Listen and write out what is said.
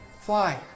fly